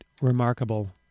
remarkable